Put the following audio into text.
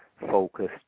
focused